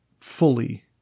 fully